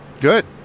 Good